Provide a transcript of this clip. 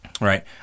right